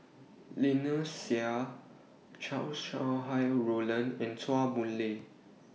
Lynnette Seah Chow Sau Hai Roland in Chua Boon Lay